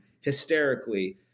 hysterically